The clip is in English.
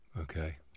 Okay